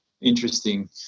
interesting